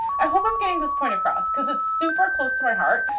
i hope i'm getting this point across, cause it's super close to my heart,